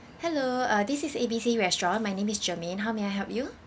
hello uh this is A B C restaurant my name is germaine how may I help you